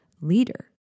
leader